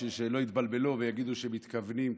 בשביל שלא יתבלבלו ויגידו שמתכוונים,